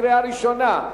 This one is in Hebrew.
בקריאה ראשונה.